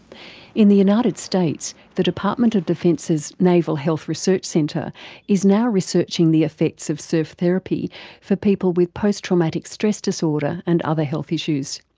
in the united states the department of defence's naval health research centre is now researching the effects of surf therapy for people with post-traumatic stress disorder and other health issues.